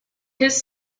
his